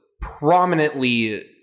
prominently